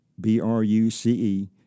b-r-u-c-e